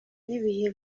n’ibihe